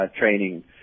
training